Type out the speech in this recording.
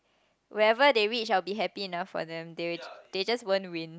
wherever they reach I'll be happy enough for them they'll they just won't win